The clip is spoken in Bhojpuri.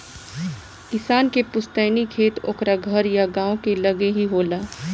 किसान के पुस्तैनी खेत ओकरा घर या गांव के लगे ही होला